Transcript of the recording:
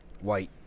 white